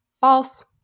False